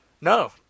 No